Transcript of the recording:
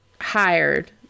hired